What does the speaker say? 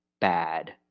bad